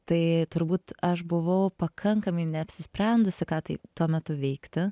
tai turbūt aš buvau pakankamai neapsisprendusi ką tai tuo metu veikti